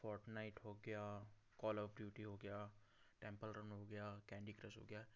Fortnite हो गया Call of Duty हो गया टेंपल रन हो गया कैंडी क्रश हो गया